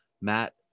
Matt